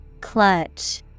Clutch